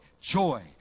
Joy